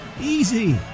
Easy